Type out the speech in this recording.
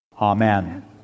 Amen